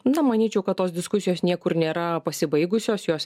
na manyčiau kad tos diskusijos niekur nėra pasibaigusios jos